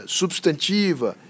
substantiva